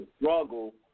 struggle